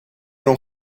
non